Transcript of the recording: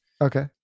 Okay